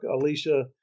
Alicia